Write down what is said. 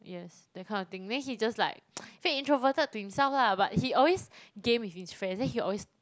yes that kind of thing then he just like fake introverted to himself lah but he always game with his friends then he always